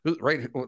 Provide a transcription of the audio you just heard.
right